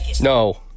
No